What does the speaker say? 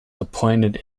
appointed